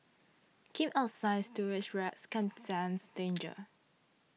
keep out sign Sewer rats can sense danger